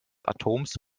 atoms